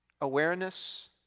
awareness